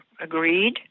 agreed